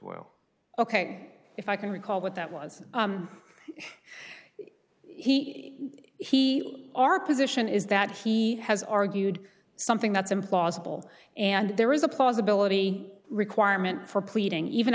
well ok if i can recall what that was he our position is that he has argued something that's implausible and there is a possibility requirement for pleading even